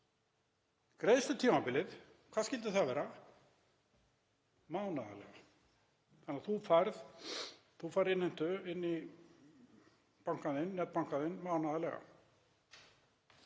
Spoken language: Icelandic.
Greiðslutímabilið, hvað skyldi það vera? Mánaðarlega. Þannig að þú færð innheimtu inn í netbankann þinn mánaðarlega.